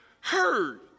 heard